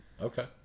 Okay